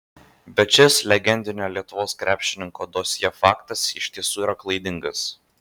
bet šis legendinio lietuvos krepšininko dosjė faktas iš tiesų yra klaidingas